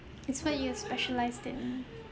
it's what you specialised in